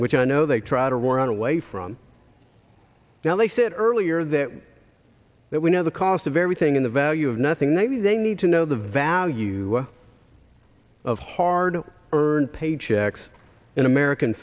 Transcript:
which i know they try to run away from now they said earlier that that we know the cost of everything in the value of nothing maybe they need to know the value of hard earned paychecks in american